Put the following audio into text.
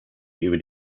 über